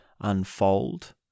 unfold